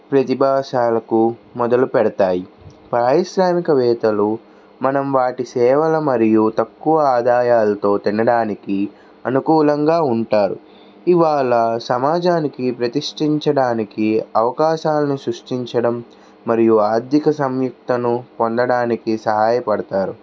ప్రతిభాసాలకు మొదలుపెడతాయి పారిశ్రామికవేత్తలు మనం వాటి సేవల మరియు తక్కువ ఆదాయాలతో తినడానికి అనుకూలంగా ఉంటారు ఇవాళ సమాజానికి ప్రతిష్టించడానికి అవకాశాలను సృష్టించడం మరియు ఆర్థిక సంయుక్తను పొందడానికి సహాయపడుతారు